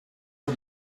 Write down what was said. van